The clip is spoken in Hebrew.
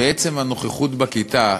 שעצם הנוכחות בכיתה,